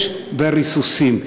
לייבש בריסוסים.